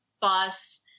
bus